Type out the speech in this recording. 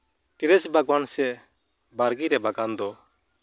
terrace ᱵᱟᱜᱽᱣᱟᱱ ᱥᱮ ᱵᱟᱲᱜᱮ ᱨᱮ ᱵᱟᱜᱽᱣᱟᱱ ᱫᱚ